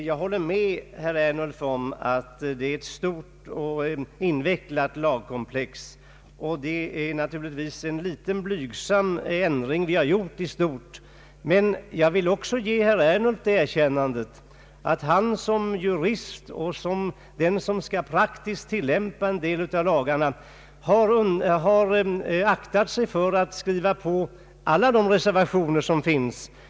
Jag håller med herr Ernulf om att det är ett stort och invecklat lagkomplex, och det är naturligtvis en blyg sam ändring vi har gjort i stort. Men jag vill också ge herr Ernulf det erkännandet att han som jurist och den som praktiskt skall tillämpa en del av lagarna har aktat sig för att skriva på alla reservationerna.